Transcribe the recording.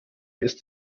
ist